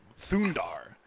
Thundar